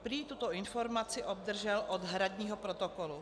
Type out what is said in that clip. Prý tuto informaci obdržel od hradního protokolu.